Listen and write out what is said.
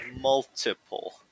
multiple